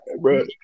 bro